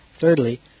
Thirdly